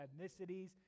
ethnicities